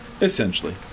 essentially